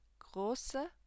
große